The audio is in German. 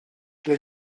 der